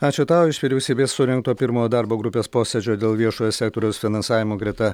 ačiū tau iš vyriausybės surengto pirmo darbo grupės posėdžio dėl viešojo sektoriaus finansavimo greta